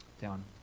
down